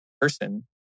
person